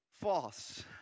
false